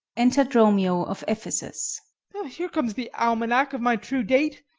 enter dromio of ephesus here comes the almanac of my true date.